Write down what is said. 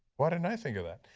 why didn't i think of that?